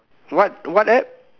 what what App